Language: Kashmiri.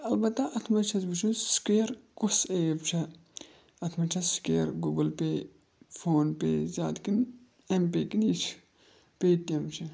البتہ اَتھ منٛز چھَس وٕچھُن سِکیر کُس ایپ چھےٚ اَتھ منٛز چھےٚ secure Google pay PhonePe زیادٕ کِن ایم پے کِن یہِ چھِ پے ٹی اٮ۪م چھِ